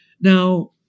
Now